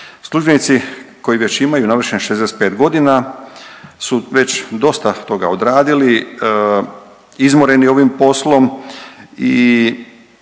Službenici koji već imaju navršenih 65 godina su već dosta toga odradili, izmoreni ovim poslom i